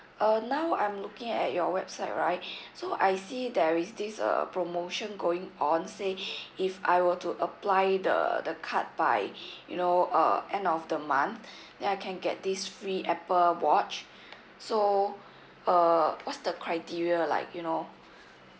uh now I'm looking at your website right so I see there is this uh promotion going on say if I were to apply the the card by you know uh end of the month then I can get this free apple watch so uh what's the criteria like you know